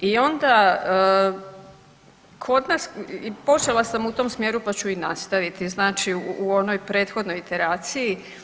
I onda, kod nas, počela sam u tom smjeru, pa ću i nastaviti znači u onoj prethodnoj iteraciji.